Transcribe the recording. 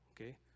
okay